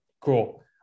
Cool